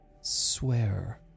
swear